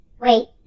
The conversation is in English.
Wait